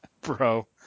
Bro